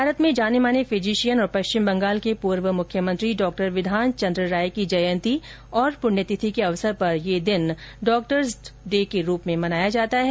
भारत में जाने माने फिजिशियन और पश्चिम बंगाल के पूर्व मुख्यमंत्री डॉक्टर विधान चंद्र राय की जयंती और पुण्यतिथि के अवसर पर यह दिन डॉक्टर दिवस के रूप में मनाया जाता है